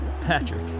Patrick